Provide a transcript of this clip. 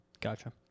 Gotcha